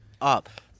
up